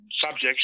subjects